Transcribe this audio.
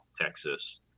Texas